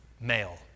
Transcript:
male